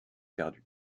perdu